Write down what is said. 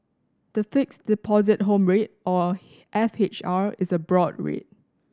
the Fixed Deposit Home Rate or F H R is a broad rate